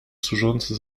służące